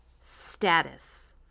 status